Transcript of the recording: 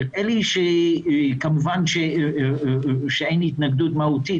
כמובן שאין התנגדות מהותית,